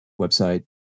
website